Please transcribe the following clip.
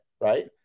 Right